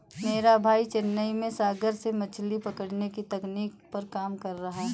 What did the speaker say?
मेरा भाई चेन्नई में सागर से मछली पकड़ने की तकनीक पर काम कर रहा है